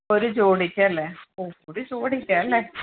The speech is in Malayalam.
ഒരു ജോഡിക്ക് അല്ലേ ഓ ഒരു ജോഡിക്കാണ് അല്ലേ